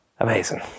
Amazing